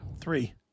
Three